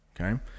okay